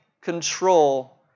control